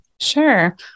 Sure